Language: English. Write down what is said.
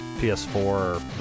PS4